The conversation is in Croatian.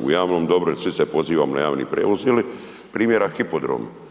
u javnom dobru jer svi se pozivamo na javni prijevoz. Ili primjera hipodrom